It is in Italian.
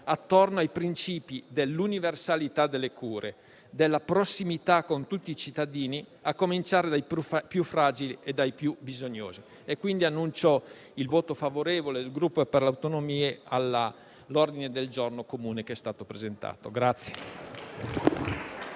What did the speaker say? attorno ai principi dell'universalità delle cure e della prossimità con tutti i cittadini, a cominciare dai più fragili e dai più bisognosi. Annuncio pertanto il voto favorevole del Gruppo Per le Autonomie sull'ordine del giorno comune che è stato presentato.